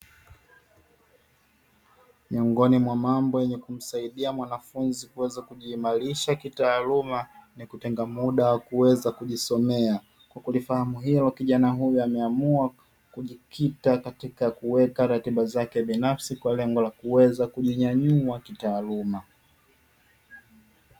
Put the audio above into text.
Miongoni mwa mambo yenye kumsaidia mwanafunzi kuweza kujiimarisha kitaaluma ni kutenga muda wa kuweza kujisomea, kwa kulifahamu hilo kijana huyu ameamua kujikita katika kuweka ratiba zake binafsi kwa lengo la kuweza kujinyanyua kitaaluma.